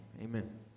Amen